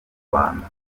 rwanda